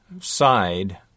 side